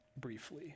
briefly